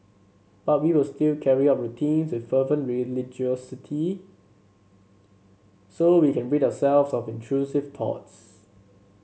but we will still carry out routines with fervent religiosity so we can rid ourselves of intrusive thoughts